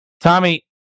Tommy